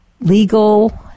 legal